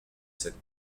sept